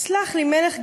סלח לי, מלך גדול,